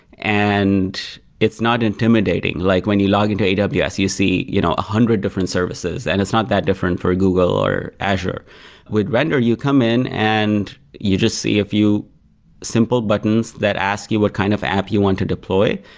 and it's not intimidating. like when you log into aws, but yeah you see you know a hundred different services. and it's not that different for google or azure with render, you come in and you just see a few simple buttons that ask you what kind of app you want to deploy.